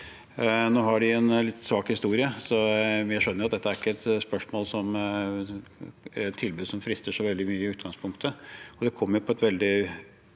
Nå har de en litt svak historie, så jeg skjønner at dette ikke er et tilbud som frister så veldig mye i utgangspunktet.